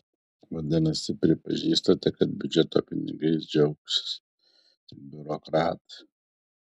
vadinasi pripažįstate kad biudžeto pinigais džiaugsis tik biurokratai